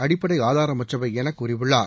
அடிப்படை ஆதாரமற்றவை என கூறியுள்ளார்